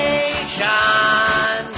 Nation